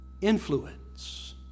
influence